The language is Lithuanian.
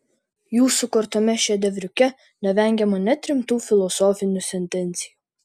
jų sukurtame šedevriuke nevengiama net rimtų filosofinių sentencijų